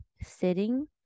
Sitting